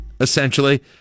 essentially